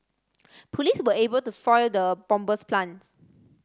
police were able to foil the bomber's plans